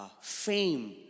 fame